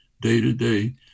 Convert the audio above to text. day-to-day